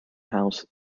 house